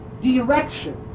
direction